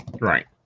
Right